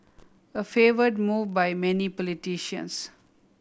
a favoured move by many politicians